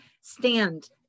stand